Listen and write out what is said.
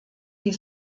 die